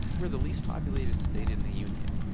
we're the least populated state in the union.